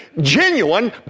genuine